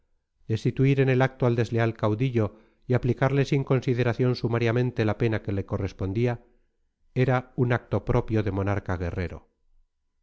destituir en el acto al desleal caudillo y aplicarle sin consideración sumariamente la pena que le correspondía era un acto propio de monarca guerrero